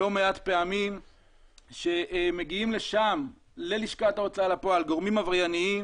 לא מעט פעמים שמגיעים לשם ללשכת ההוצאה לפועל גורמים עברייניים,